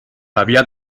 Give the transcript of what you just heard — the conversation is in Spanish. había